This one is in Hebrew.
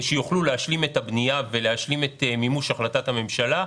שהיא תוכל להשלים את הבנייה ולהשלים את מימוש החלטת הממשלה.